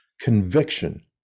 Conviction